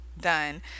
done